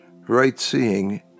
right-seeing